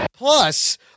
Plus